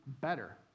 better